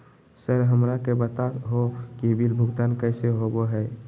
Sir हमरा के बता हो कि बिल भुगतान कैसे होबो है?